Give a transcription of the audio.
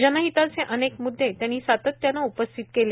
जनहिताचे अनेक मुद्दे त्यांनी सातत्यानं उपस्थित केले